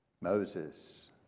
Moses